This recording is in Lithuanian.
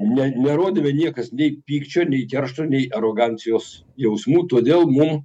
ne nerodėme niekas nei pykčio nei keršto nei arogancijos jausmų todėl mum